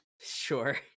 sure